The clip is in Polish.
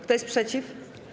Kto jest przeciw?